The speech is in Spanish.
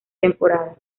temporada